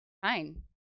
fine